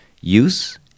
use